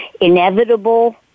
inevitable